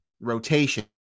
rotation